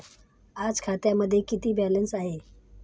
आज खात्यामध्ये किती बॅलन्स आहे?